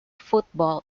football